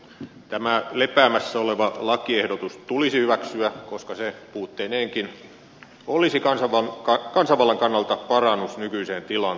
tämä lepäämässä oleva lakiehdotus tulisi hyväksyä koska se puutteineenkin olisi kansanvallan kannalta parannus nykyiseen tilanteeseen